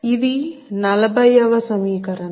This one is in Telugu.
ఇది 40 వ సమీకరణం